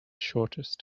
shortest